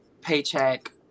paycheck